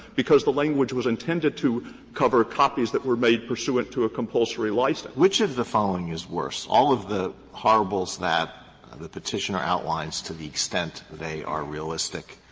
because the language was intended to cover copies that were made pursuant to a compulsory license. alito which of the following is worse all of the horribles that the petitioner outlines to the extent they are realistic,